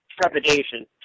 trepidation